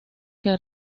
que